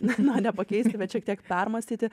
na ne nepakeisti bet šiek tiek permąstyti